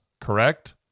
Correct